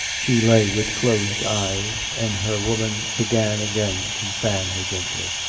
she lay with closed eyes, and her woman began again to fan her gently.